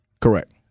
Correct